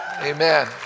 Amen